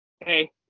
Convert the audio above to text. Hey